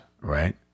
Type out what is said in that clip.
right